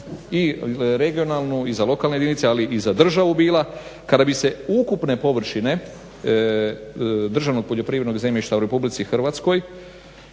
za regionalnu i za lokalne jedinice ali i za državu bila kada bi se ukupne površine državnog poljoprivrednog zemljišta u RH a